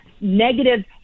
negative